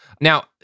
now